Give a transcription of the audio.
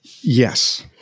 Yes